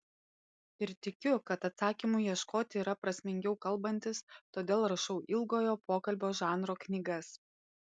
ir tikiu kad atsakymų ieškoti yra prasmingiau kalbantis todėl rašau ilgojo pokalbio žanro knygas